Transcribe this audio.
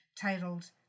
titled